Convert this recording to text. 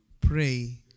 pray